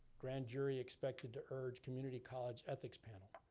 grand jury expected to urge community college ethics panel.